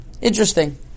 Interesting